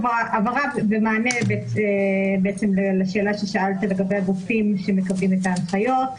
במענה לשאלה ששאלת לגבי הגופים שמקבלים את ההנחיות.